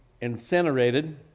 incinerated